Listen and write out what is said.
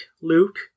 luke